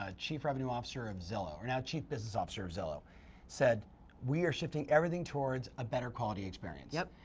ah chief revenue officer of zillow, or now chief business officer of zillow said we are shifting everything towards a better quality experience. yep.